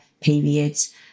periods